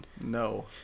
No